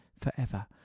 forever